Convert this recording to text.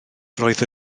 roedd